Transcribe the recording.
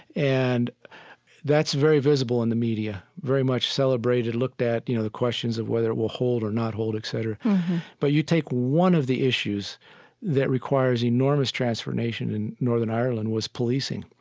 and that's very visible in the media, very much celebrated, looked at. you know, the questions of whether it will hold or not hold, etc mm-hmm but you take one of the issues that requires enormous transformation in northern ireland was policing.